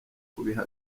kubiha